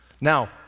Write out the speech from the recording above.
Now